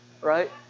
right